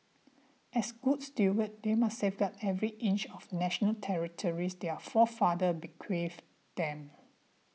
as good stewards they must safeguard every inch of national territories their forefathers bequeathed them